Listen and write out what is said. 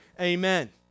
Amen